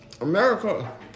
America